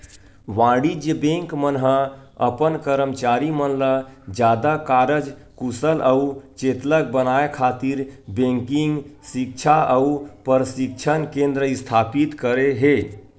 वाणिज्य बेंक मन ह अपन करमचारी मन ल जादा कारज कुसल अउ चेतलग बनाए खातिर बेंकिग सिक्छा अउ परसिक्छन केंद्र इस्थापित करे हे